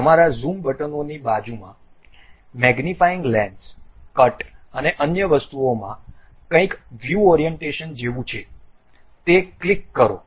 તમારા ઝૂમ બટનોની બાજુમાં મેગ્નિફાઇંગ લેન્સ કટ અને અન્ય વસ્તુઓમાં કંઈક વ્યૂ ઓરિએન્ટેશન જેવું છે તે ક્લિક કરો